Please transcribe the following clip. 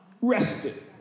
rested